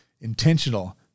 intentional